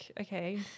okay